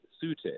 suited